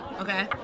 Okay